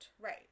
Right